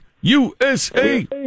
USA